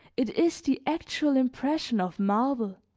it is the actual impression of marble,